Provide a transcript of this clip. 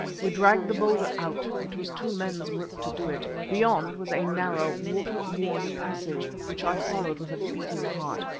we dragged the boulder out it was two men's work to do it. beyond was a narrow, water-worn passage, which i followed with a beating heart.